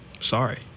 Sorry